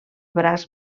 braç